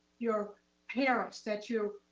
your parents, that you're,